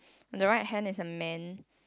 on the right hand there's a man